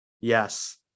Yes